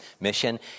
mission